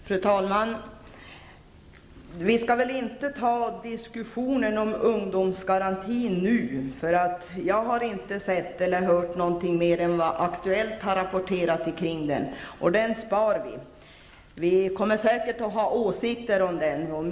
Fru talman! Vi skall nu inte föra en diskussion om ungdomsgarantin. Jag har inte sett eller hört någonting mer än vad man har rapporterat i Aktuellt kring detta. Den frågan spar vi. Vi kommer säkert att ha åsikter om ungdomsgarantin.